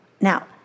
Now